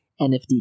NFT